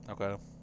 Okay